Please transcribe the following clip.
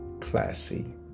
classy